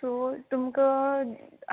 so तुमक